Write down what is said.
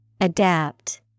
Adapt